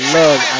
love